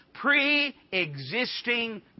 pre-existing